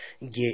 get